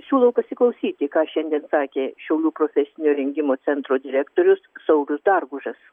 siūlau pasiklausyti ką šiandien sakė šiaulių profesinio rengimo centro direktorius saulius dargužas